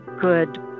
good